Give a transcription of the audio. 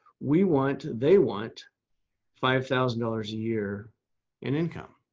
we want they want five thousand dollars a year in income,